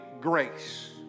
grace